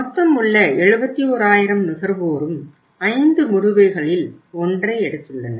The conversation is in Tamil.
மொத்தம் உள்ள 71000 நுகர்வோரும் 5 முடிவுகளில் ஒன்றை எடுத்துள்ளனர்